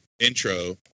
intro